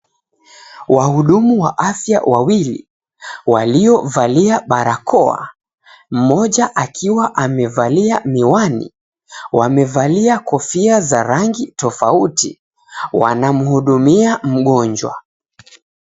Wahudumu wa afya wawili waliovalia barakoa mmoja akiwa amevalia miwani. Wamevalia kofia za rangi tofauti wanamhudumia mgonjwa.